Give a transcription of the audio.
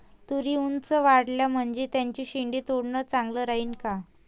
तुरी ऊंच वाढल्या म्हनजे त्याचे शेंडे तोडनं चांगलं राहीन का?